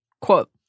Quote